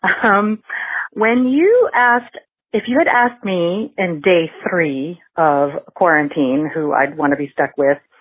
um when you asked if you had asked me in day three of quarantine who i'd want to be stuck with.